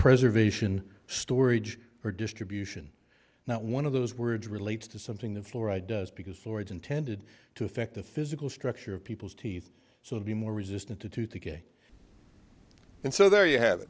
preservation storage or distribution not one of those words relates to something the fluoride does because for it's intended to affect the physical structure of people's teeth so be more resistant to tooth decay and so there you have